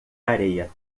areia